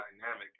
dynamic